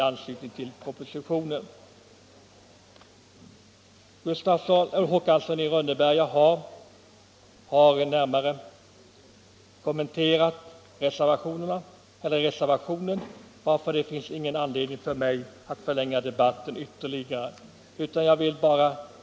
Herr Håkansson i Rönneberga har närmare kommenterat reservationen, och det finns ingen anledning för mig att förlänga debatten ytterligare.